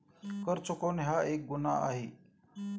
कर चुकवणे हा एक गुन्हा आहे